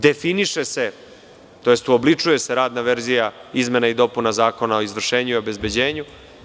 Definiše se tj. uobličuje se radna verzija izmena i dopuna Zakona o izvršenju i obezbeđenju.